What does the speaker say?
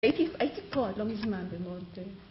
הייתי כה, לא מזמן במונחת